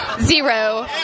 zero